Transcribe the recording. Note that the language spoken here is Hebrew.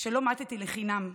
שלא מתי לחינם,